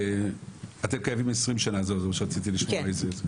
אתם קיימים 20 שנה, זה מה שרציתי לשמוע.